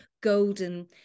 golden